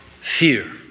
Fear